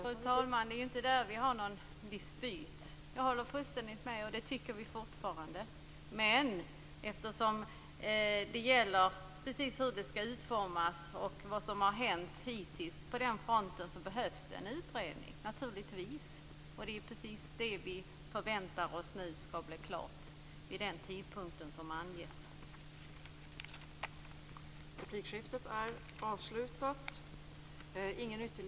Fru talman! Vi har ingen dispyt där. Jag håller fullständigt med, och det tycker vi fortfarande. Men frågan gäller hur det hela skall utformas och vad som har hänt på den fronten, och det behövs naturligtvis en utredning. Vi förväntar oss att den skall bli klar vid den angivna tidpunkten.